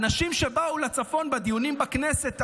אנשים שבאו לצפון בדיונים בכנסת השבוע,